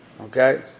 okay